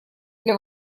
для